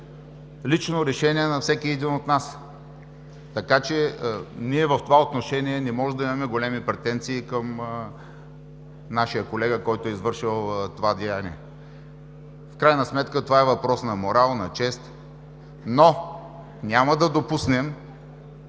лично решение на всеки един от нас, така че ние в това отношение не можем да имаме големи претенции към нашия колега, който е извършил това деяние. В крайна сметка това е въпрос на морал, на чест. Няма да допуснем